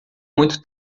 muito